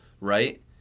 right